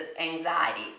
anxiety